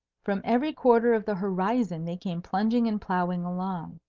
from every quarter of the horizon they came plunging and ploughing along.